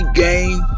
game